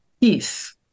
Yes